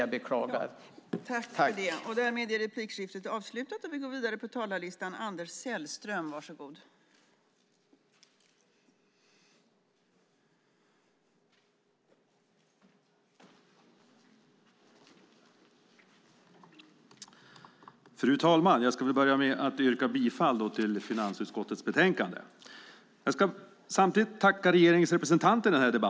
Jag beklagar det.